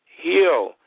heal